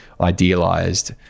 idealized